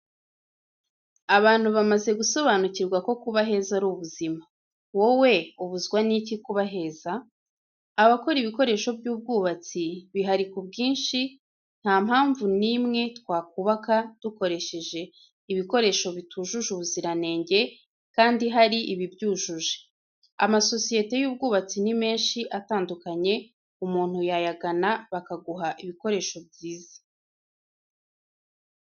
Abantu bamaze gusobanukirwa ko kuba heza ari ubuzima. Wowe ubuzwa n'iki kuba heza? Abakora ibikoresho by'ubwubatsi bihari ku bwinshi ntampamvu n'imwe twakubaka dukoresheje ibikoresho bitujuje ubuziranenge kandi hari ibyujuje amasosiyete y'ubwubatsi ni menshi atandukanye umuntu yayagana bakaguha ibikoresho byiza.